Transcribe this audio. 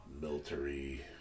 military